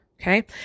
Okay